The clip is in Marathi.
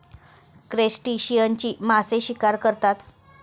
क्रस्टेशियन्सची मासे शिकार करतात